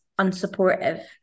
unsupportive